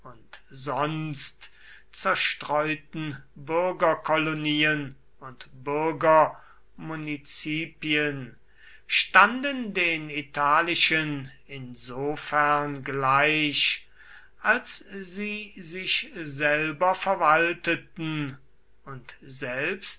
sonst zerstreuten bürgerkolonien und bürgermunizipien standen den italischen insofern gleich als sie sich selber verwalteten und selbst